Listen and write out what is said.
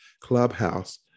Clubhouse